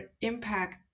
impact